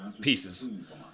pieces